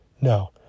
No